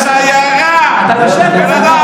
היא הבטיחה לא לעקור את מורשת ישראל.